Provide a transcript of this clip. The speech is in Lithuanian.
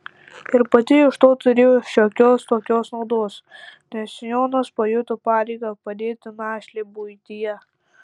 ir pati iš to turėjo šiokios tokios naudos nes jonas pajuto pareigą padėti našlei buityje